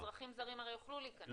אזרחים זרים הרי יוכלו להיכנס,